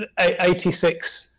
86